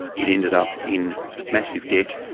it ended up in massive debt,